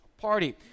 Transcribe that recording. party